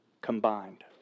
combined